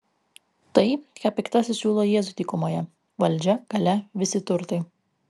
tai ką piktasis siūlo jėzui dykumoje valdžia galia visi turtai